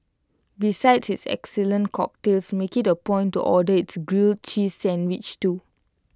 besides its excellent cocktails make IT A point to order its grilled cheese sandwich too